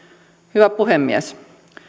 hyvä puhemies